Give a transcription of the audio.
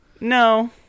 No